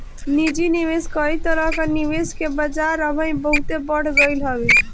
निजी निवेश कई तरह कअ निवेश के बाजार अबही बहुते बढ़ गईल हवे